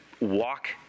walk